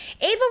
ava